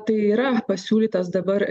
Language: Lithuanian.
tai yra pasiūlytas dabar